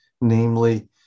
Namely